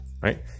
right